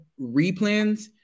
replans